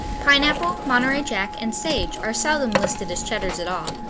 pineapple, monterey jack and sage are seldom listed as cheddars at all,